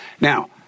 Now